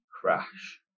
crash